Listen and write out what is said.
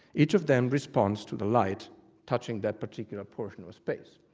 each of them responds to the light touching that particular portion of space,